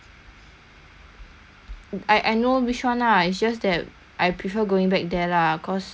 I I know which one ah it's just that I prefer going back there lah cause also 习惯去他的那边了